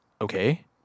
Okay